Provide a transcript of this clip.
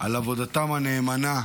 על עבודתם הנאמנה,